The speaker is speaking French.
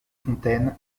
fontaines